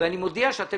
ואני מודיע שאתם